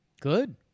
Good